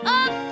up